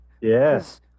Yes